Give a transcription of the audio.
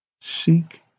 Seek